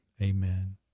Amen